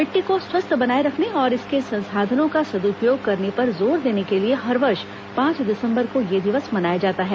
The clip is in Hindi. मिट्टी को स्वस्थ बनाये रखने और इसके संसाधनों का सदुपयोग करने पर जोर देने के लिए हर वर्ष पांच दिसम्बर को यह दिवस मनाया जाता है